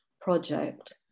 project